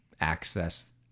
access